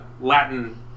Latin